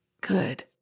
Good